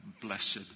blessed